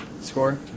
score